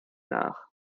nach